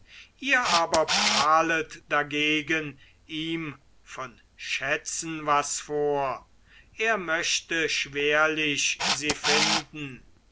ihr aber prahltet dagegen ihm von schätzen was vor er möchte schwerlich sie finden